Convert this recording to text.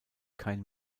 kein